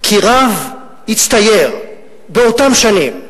כי רב הצטייר באותן שנים,